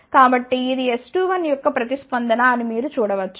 కాబట్టి ఇదిS21యొక్క ప్రతిస్పందన అని మీరు చూడ వచ్చు